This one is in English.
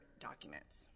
documents